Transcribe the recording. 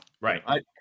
Right